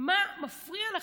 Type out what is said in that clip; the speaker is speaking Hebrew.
מה מפריע לכם?